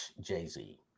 Jay-Z